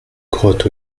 grottes